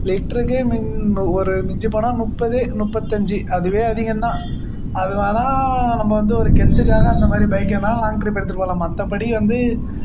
லிட்டருக்கே மின் ஒரு மிஞ்சிப் போனால் முப்பது முப்பத்தஞ்சி அதுவே அதிகந்தான் அது வேணா நம்ம வந்து ஒரு கெத்துக்காக அந்த மாதிரி பைக்கெலாம் லாங் ட்ரிப் எடுத்துட்டுப் போகலாம் மற்றபடி வந்து